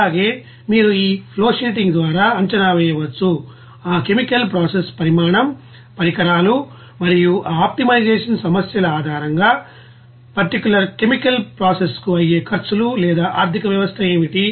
అలాగే మీరు ఈ ఫ్లో షీటింగ్ ద్వారా అంచనా వేయవచ్చు ఆ కెమికల్ ప్రాసెస్ పరిమాణం పరికరాలు మరియు ఆ ఆప్టిమైజేషన్ సమస్యల ఆధారంగా పర్టికులర్ కెమికల్ ప్రాసెస్కు అయ్యే ఖర్చులు లేదా ఆర్థిక వ్యవస్థ ఏమిటి